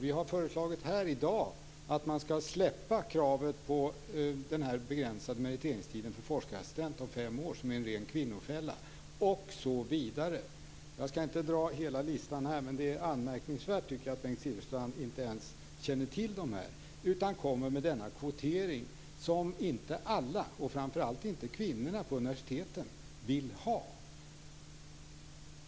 Vi har här i dag föreslagit att man skall släppa kravet på en begränsad meriteringstid om fem år för forskarassistenter, eftersom detta är en ren kvinnofälla. Jag skall inte dra hela listan här, men det är anmärkningsvärt att Bengt Silfverstrand inte känner till dessa förslag utan kommer med denna kvotering, som inte alla - framför allt inte kvinnorna på universiteten - vill ha.